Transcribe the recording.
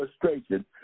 frustration